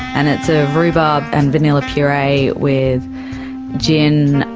and it's a rhubarb and vanilla puree with gin,